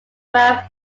twelfth